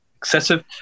Excessive